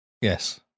Yes